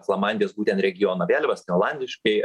flamandijos būtent regiono vėliavas ne olandiškai